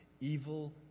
Evil